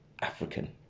african